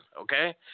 Okay